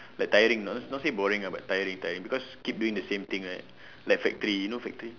like tiring ah not say boring ah but tiring tiring because keep doing the same thing right like factory you know factory